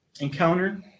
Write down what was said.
encounter